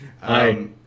Hi